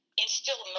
instill